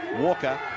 Walker